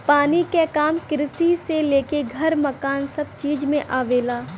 पानी क काम किरसी से लेके घर मकान सभ चीज में आवेला